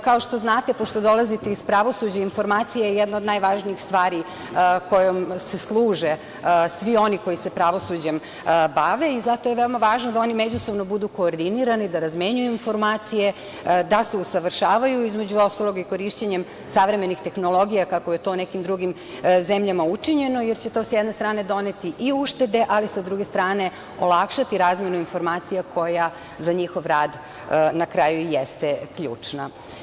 Kao što znate, pošto dolazite iz pravosuđa, informacija je jedna od najvažnijih stvari kojom se služe svi oni koji se pravosuđem bave i zato je veoma važno da oni međusobno budu koordinirani, da razmenjuju informacije, da se usavršavaju, između ostalog i korišćenjem savremenih tehnologija, kako je to u nekim drugim zemljama učinjeno, jer će to s jedne strane doneti i uštede, ali sa druge strane olakšati razmenu informacija koja za njihov rad na kraju i jeste ključna.